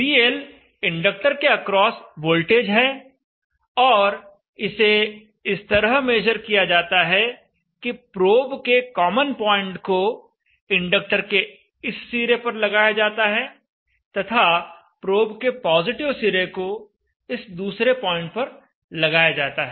VL inductor के across voltage है और इसे इस तरह मेजर किया जाता है कि प्रोब के कॉमन पॉइंट को इंडक्टर के इस सिरे पर लगाया जाता है तथा प्रोब के पॉजिटिव सिरे को इस दूसरे पॉइंट पर लगाया जाता है